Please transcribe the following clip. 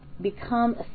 become